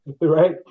right